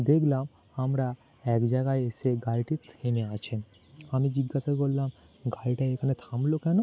দেখলাম আমরা এক জায়গায় এসে গাড়িটি থেমে আছে আমি জিজ্ঞাসা করলাম গাড়িটা এখানে থামলো কেন